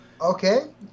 Okay